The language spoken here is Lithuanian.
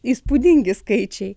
įspūdingi skaičiai